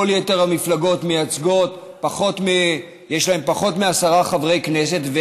כל יתר המפלגות יש להן פחות מעשרה חברי כנסת,